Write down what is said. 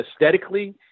aesthetically –